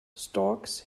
storks